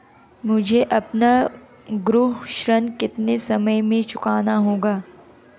मुझे अपना गृह ऋण कितने समय में चुकाना होगा?